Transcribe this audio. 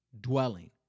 dwelling